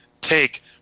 take